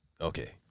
Okay